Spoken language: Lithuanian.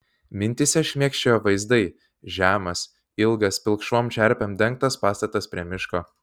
mintyse šmėkščiojo vaizdai žemas ilgas pilkšvom čerpėm dengtas pastatas prie miško